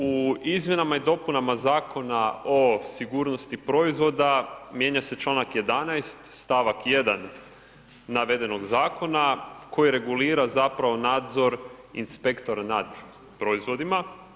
U Izmjenama i dopunama Zakona o sigurnosti proizvoda, mijenja se članak 11. stavak 1. navedenog Zakona koji regulira zapravo nadzor inspektora nad proizvodima.